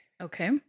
Okay